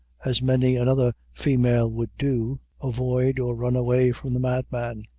as many another female would do, avoid or run away from the madman.